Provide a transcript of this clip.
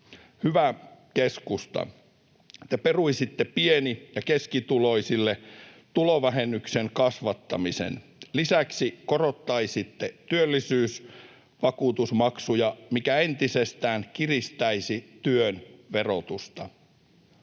Hyvä keskusta, te peruisitte pieni- ja keskituloisille tulovähennyksen kasvattamisen. Lisäksi korottaisitte työttömyysvakuutusmaksuja, mikä entisestään kiristäisi työn verotusta.